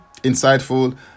insightful